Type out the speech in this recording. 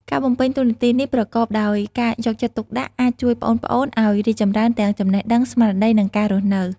ការបំពេញតួនាទីនេះប្រកបដោយការយកចិត្តទុកដាក់ អាចជួយប្អូនៗឲ្យរីកចម្រើនទាំងចំណេះដឹង ស្មារតី និងការរស់នៅ។